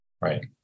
right